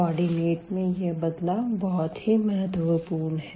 coordinate में यह बदलाव बहुत ही महत्वपूर्ण है